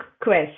quest